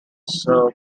serb